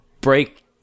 break